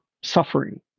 suffering